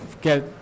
get